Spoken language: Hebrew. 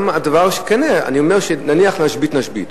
נניח שנשבית, נשבית,